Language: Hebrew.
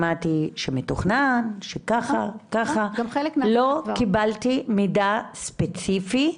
שמעתי שמתוכנן, שככה - לא קיבלתי מידע ספציפי,